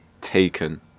taken